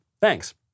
Thanks